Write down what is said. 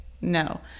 no